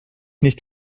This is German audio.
nicht